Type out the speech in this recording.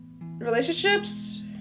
relationships